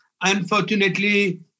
unfortunately